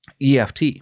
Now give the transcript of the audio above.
EFT